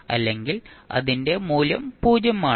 അല്ലെങ്കിൽ അതിന്റെ മൂല്യം 0 ആണ്